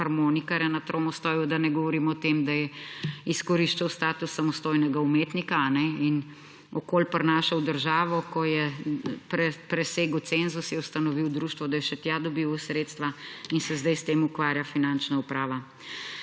na Tromostovju, da ne govorim o tem, da je izkoriščal status samostojnega umetnika, a ne, in okoli prinašal državo, ko je presegel cenzus, je ustanovil društvo, da je še tja dobival sredstva in se zdaj s tem ukvarja finančna uprava.